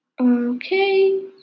Okay